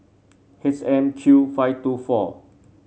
H M Q five two four